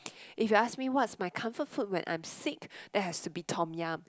if you ask me what's my comfort food when I am sick that has to be tomyam